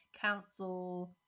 council